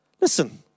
listen